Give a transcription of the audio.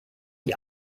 die